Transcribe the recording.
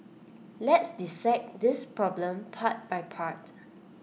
let's dissect this problem part by part